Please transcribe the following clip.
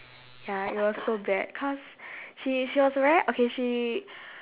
ya it was so bad cause she she was very okay she